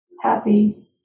happy